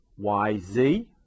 YZ